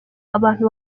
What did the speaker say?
abantu